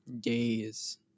Days